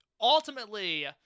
ultimately